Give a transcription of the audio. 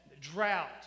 drought